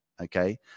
okay